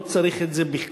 לא צריך את זה בכלל.